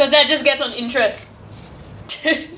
that just gets on interest